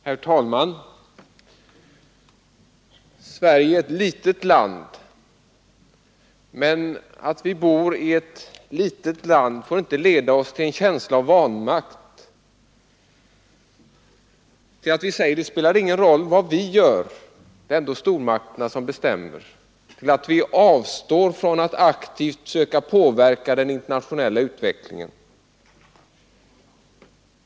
Herr talman! Sverige är ett litet land. Men att vi bor i ett litet land får inte leda oss till en känsla av vanmakt, till att vi säger: Det spelar ingen roll vad vi gör, för det är ändå stormakterna som bestämmer. Det får inte medföra att vi avstår från att aktivt söka påverka den internationella utvecklingen.